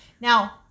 now